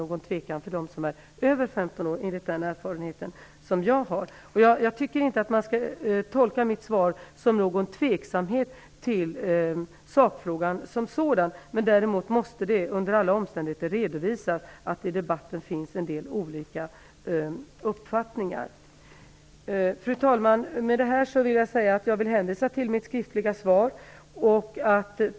När det gäller dem som är över 50 år tycker jag däremot inte att det råder någon tvekan, det är den erfarenhet jag har. Jag tycker inte att man skall tolka mitt svar som någon tveksamhet i sakfrågan som sådan. Däremot måste det under alla omständigheter redovisas att det finns en del olika uppfattningar i debatten. Fru talman! Jag vill med detta hänvisa till mitt skriftliga svar.